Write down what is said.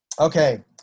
Okay